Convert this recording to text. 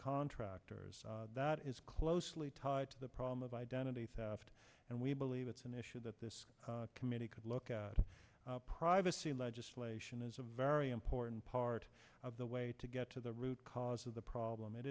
contractors that is closely tied to the problem of identity theft and we believe it's an issue that this committee could look at privacy legislation is a very important part of the way to get to the root cause of the problem it